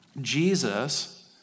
Jesus